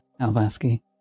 Alvaski